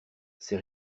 c’est